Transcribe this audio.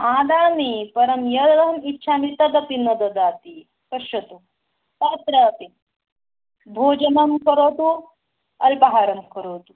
ददामि परं यदहम् इच्छामि तदपि न ददाति पश्यतु तत्रापि भोजनं करोतु अल्पाहारं करोतु